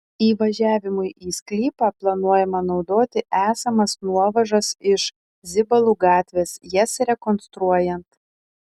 įvažiavimui į sklypą planuojama naudoti esamas nuovažas iš zibalų gatvės jas rekonstruojant